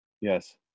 yes